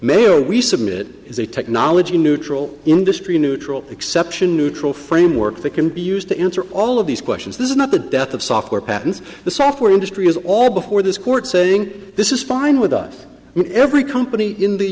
we submit is a technology neutral industry neutral exception neutral framework that can be used to answer all of these questions this is not the death of software patents the software industry is all before this court saying this is fine with us every company in the